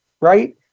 right